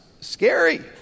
scary